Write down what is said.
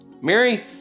Mary